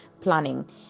planning